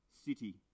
city